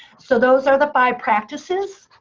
so those are the five practices.